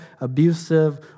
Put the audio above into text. abusive